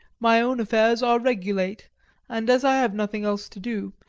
my own affairs are regulate and as i have nothing else to do,